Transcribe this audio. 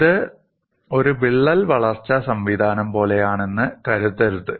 ഇത് ഒരു വിള്ളൽ വളർച്ചാ സംവിധാനം പോലെയാണെന്ന് കരുതരുത്